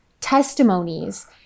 testimonies